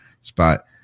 spot